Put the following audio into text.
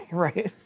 right?